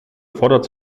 erfordert